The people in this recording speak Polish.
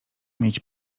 mieć